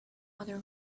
other